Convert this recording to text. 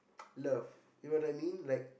love you know what I mean like